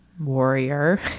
warrior